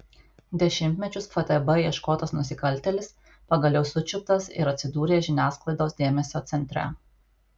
dešimtmečius ftb ieškotas nusikaltėlis pagaliau sučiuptas ir atsidūrė žiniasklaidos dėmesio centre